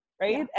right